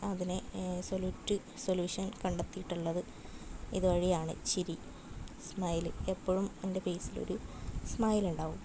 അതിനെ സൊളുറ്റ് സൊല്യൂഷൻ കണ്ടെത്തിയിട്ടുള്ളത് ഇതുവഴിയാണ് ചിരി സ്മൈൽ എപ്പോഴും എൻ്റെ ഫേസിലൊരു സ്മൈൽ ഉണ്ടാവും